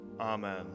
Amen